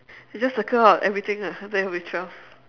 we just circle out everything ah then it will be twelve